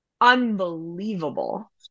unbelievable